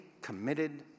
committed